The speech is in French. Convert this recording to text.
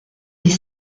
les